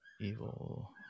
Evil